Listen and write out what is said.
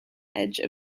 edge